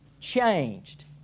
changed